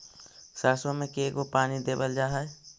सरसों में के गो पानी देबल जा है?